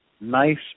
nice